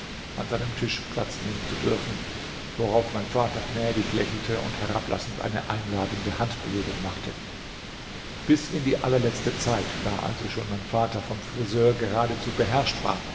an seinem tisch platz nehmen zu dürfen worauf mein vater gnädig lächelte und herablassend eine einladende handbewegung machte bis in die allerletzte zeit da also schon mein vater vom friseur geradezu beherrscht war